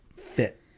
fit